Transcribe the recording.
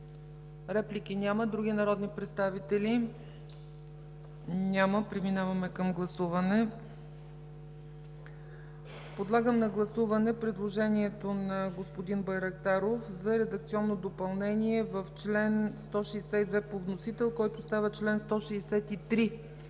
Реплики? Няма. Други народни представители? Няма. Преминаваме към гласуване. Подлагам на гласуване предложението на господин Байрактаров за редакционно допълнение в чл. 162 по вносител, който става чл. 163,